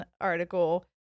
article